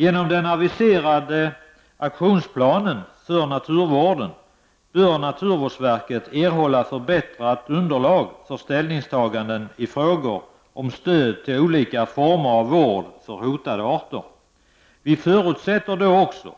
Genom den aviserade aktionsplanen för naturvården bör naturvårdsverket erhålla förbättrat underlag för ställningstaganden i frågor om stöd till olika former av vård för hotade arter. Vi förutsätter då också